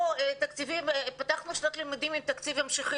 כבר פתחנו שנת לימודים בתקציב המשכי.